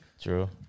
True